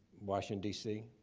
washington d c.